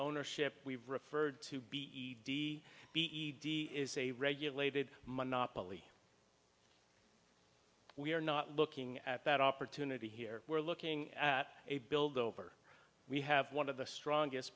ownership we've referred to be b e d is a regulated monopoly we're not looking at that opportunity here we're looking at a build over we have one of the strongest